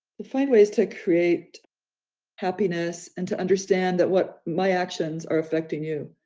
to find ways to create happiness and to understand that what my actions are affecting you,